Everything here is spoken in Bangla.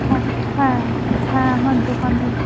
হ্যাঁ হ্যাঁ হ্যাঁ আমার দোকানে